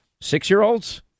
Six-year-olds